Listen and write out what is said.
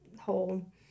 whole